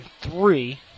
three